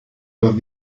dos